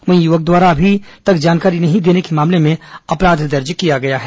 वहीं युवक द्वारा जानकारी नहीं देने के मामले में अपराध पंजीबद्व किया गया है